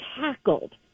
tackled